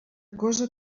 cosa